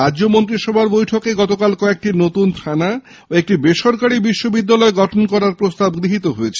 রাজ্য মন্ত্রিসভার বৈঠকে গতকাল কয়েকটি নতুন থানা ও একটি বেসরকারী বিশ্ববিদ্যালয় গড়ার প্রস্তাব গৃহীত হয়েছে